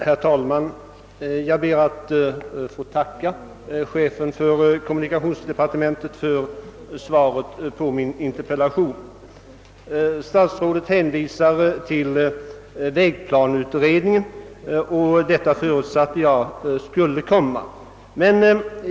Herr talman! Jag ber att få tacka statsrådet och chefen för kommunikationsdepartementet för svaret på min interpellation. Statsrådet hänvisar till vägplaneutredningen, och jag förutsatte att han skulle göra det.